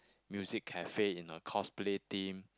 music cafe in a cosplay theme